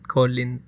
Colin